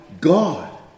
God